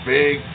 Big